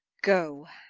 go,